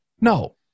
No